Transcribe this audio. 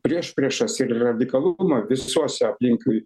priešpriešas ir radikalumą visose aplinkui